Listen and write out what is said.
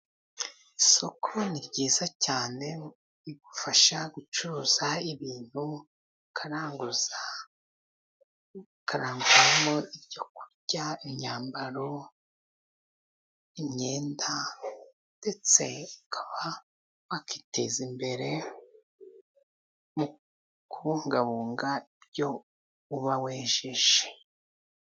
Isoko ni ryiza cyane, ridufasha gucuruza ibintu, ukaranguza ukaranguramo ibyo kurya, imyambaro, imyenda, ndetse ukaba wakiteza imbere mu kubungabunga ibyo uba wejeje.